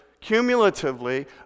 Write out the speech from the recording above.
cumulatively